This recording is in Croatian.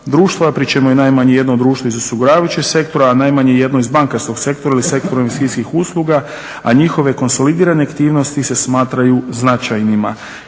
društva pri čemu je najmanje jedno društvo iz osiguravajućeg sektora a najmanje jedno iz bankarskog sektora ili sektora investicijskih usluga. A njihove konsolidirane aktivnosti se smatraju značajnima.